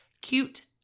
cute